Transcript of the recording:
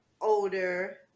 older